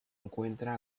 encuentra